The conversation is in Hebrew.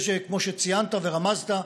כמו שציינת ורמזת,